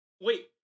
Wait